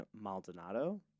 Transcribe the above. Maldonado